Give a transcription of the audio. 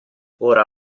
ora